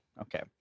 okay